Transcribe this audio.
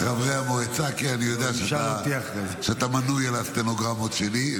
כן, אני יודע שאתה מנוי על הסטנוגרמות שלי.